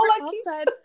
outside